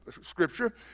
scripture